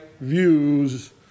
views